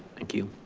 thank you.